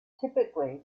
typically